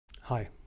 Hi